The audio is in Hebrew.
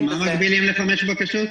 את מה מגבלים לחמש בקשות?